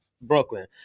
brooklyn